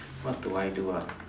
what do I do ah